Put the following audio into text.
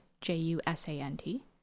J-U-S-A-N-T